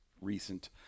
recent